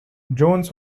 jones